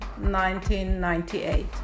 1998